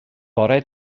bore